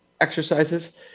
exercises